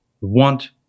want